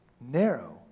Narrow